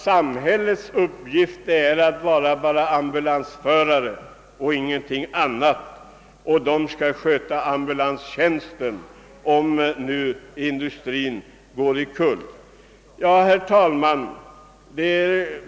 Det är Bertil Ohlin som där har framträtt och menat att samhällets uppgift enbart är att sköta ambulanstjänsten när industriföretag går omkull. Herr talman!